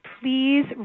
please